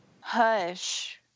Hush